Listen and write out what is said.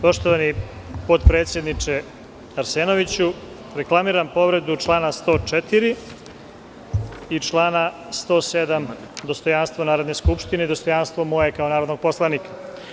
Poštovani potpredsedniče Arsenoviću, reklamiram povredu članova 104. i 107. – dostojanstvo Narodne skupštine i moje dostojanstvo kao narodnog poslanika.